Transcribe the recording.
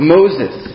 Moses